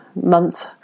months